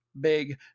Big